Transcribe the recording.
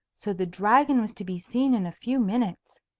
so the dragon was to be seen in a few minutes!